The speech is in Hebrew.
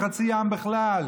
וחצי עם בכלל,